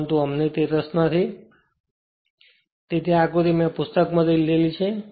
પરંતુ અમને તે રસ નથી તેથી આ આકૃતિ મે પુસ્તક માંથી લીધું છે